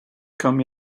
come